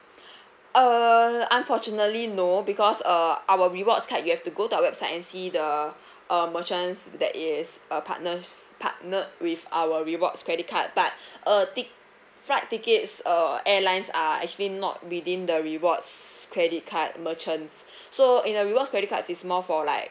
uh unfortunately no because uh our rewards card you have to go to our website and see the uh merchants that is uh partners partnered with our rewards credit card but uh tick~ flight tickets uh airlines are actually not within the rewards credit card merchants so in a rewards credit cards is more for like